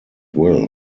will